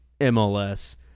MLS